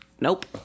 nope